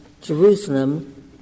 Jerusalem